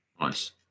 Nice